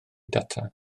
data